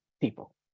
people